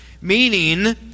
meaning